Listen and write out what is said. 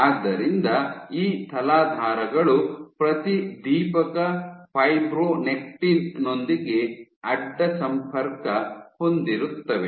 ಆದ್ದರಿಂದ ಈ ತಲಾಧಾರಗಳು ಪ್ರತಿದೀಪಕ ಫೈಬ್ರೊನೆಕ್ಟಿನ್ ನೊಂದಿಗೆ ಅಡ್ಡ ಸಂಪರ್ಕ ಹೊಂದಿರುತ್ತವೆ